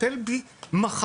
טפל בי מחר.